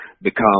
become